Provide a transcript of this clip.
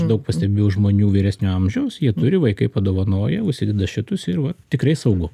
daug pastebėjau žmonių vyresnio amžiaus jie turi vaikai padovanoja užsideda šitus ir va tikrai saugu